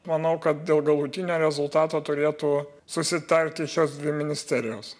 manau kad dėl galutinio rezultato turėtų susitarti šios dvi ministerijos